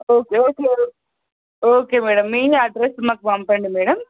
okay madam మీదే address మాకు పంపండి మేడం